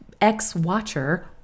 ex-watcher